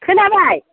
खोनाबाय